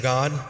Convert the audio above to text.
God